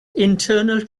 internal